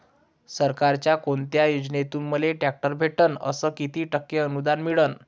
सरकारच्या कोनत्या योजनेतून मले ट्रॅक्टर भेटन अस किती टक्के अनुदान मिळन?